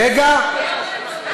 זה אומר תלונות שווא?